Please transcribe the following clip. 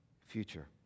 future